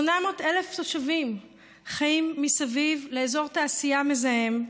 800,000 תושבים חיים מסביב לאזור תעשייה מזהם,